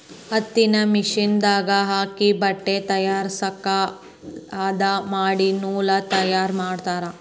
ಹತ್ತಿನ ಮಿಷನ್ ದಾಗ ಹಾಕಿ ಬಟ್ಟೆ ತಯಾರಸಾಕ ಹದಾ ಮಾಡಿ ನೂಲ ತಯಾರ ಮಾಡ್ತಾರ